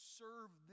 serve